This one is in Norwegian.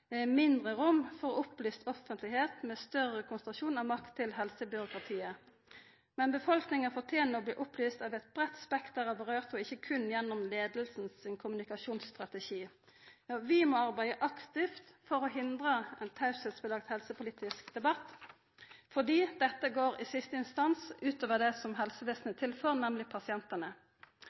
mindre rom for ei opplyst offentlegheit, med større konsentrasjon av makt til helsebyråkratiet. Men befolkninga fortener å bli opplyst av eit breitt spekter av dei det kjem ved, og ikkje berre gjennom kommunikasjonsstrategien til leiinga. Vi må arbeida aktivt for å hindra ein helsepolitisk debatt med pålagd teieplikt, for dette går i siste instans